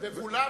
וכולם